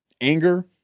anger